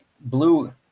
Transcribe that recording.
Blue